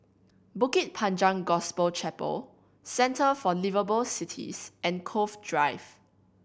Bukit Panjang Gospel Chapel Centre for Liveable Cities and Cove Drive